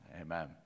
Amen